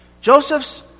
Joseph's